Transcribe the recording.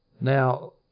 now